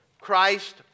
Christ